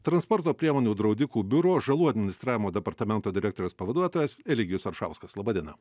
transporto priemonių draudikų biuro žalų administravimo departamento direktoriaus pavaduotojas eligijus aršauskas laba diena